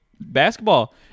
basketball